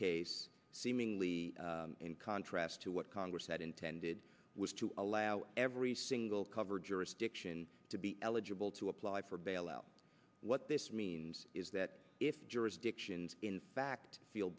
case seemingly in contrast to what congress had intended was to allow every single cover jurisdiction to be eligible to apply for bail out what this means is that if jurisdictions in fact feel